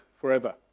forever